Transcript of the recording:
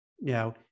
now